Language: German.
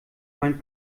mein